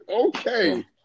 Okay